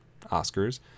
Oscars